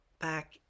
back